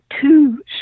two